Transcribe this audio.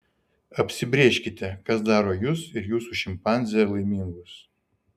apsibrėžkite kas daro jus ir jūsų šimpanzę laimingus